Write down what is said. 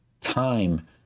time